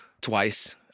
twice